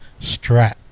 Strat